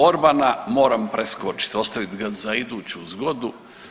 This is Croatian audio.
Orbana moram preskočiti ostaviti ga za iduću zgodu.